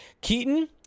Keaton